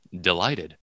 delighted